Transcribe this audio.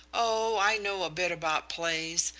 oh! i know a bit about plays.